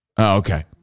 Okay